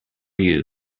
you